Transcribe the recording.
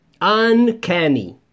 uncanny